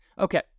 Okay